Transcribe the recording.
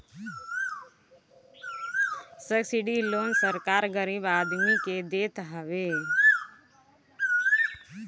subsidy loan सरकार गरीब आदमी के देत हवे